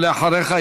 ואחריך,